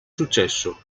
successo